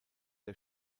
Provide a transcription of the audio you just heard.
der